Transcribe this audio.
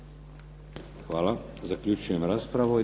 Hvala. Zaključujem raspravu.